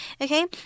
Okay